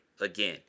Again